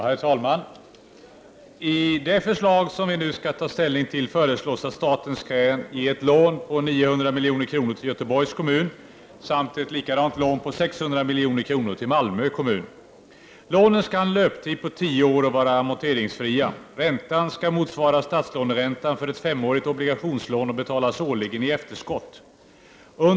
Herr talman! I det förslag som vi nu skall ta ställning till föreslås att staten skall ge ett lån på 900 milj.kr. till Göteborgs kommun och ett likadant lån på 600 milj.kr. till Malmö kommun. Lånen skall ha en löptid på tio år och vara amorteringsfria. Räntan skall motsvara statslåneräntan för ett femårigt obligationslån och betalas årligen i efterskott.